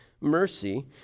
mercy